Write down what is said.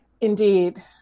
Indeed